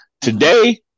Today